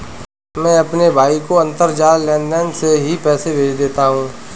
मैं अपने भाई को अंतरजाल लेनदेन से ही पैसे भेज देता हूं